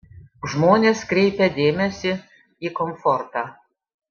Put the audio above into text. žmonės kreipia dėmesį į komfortą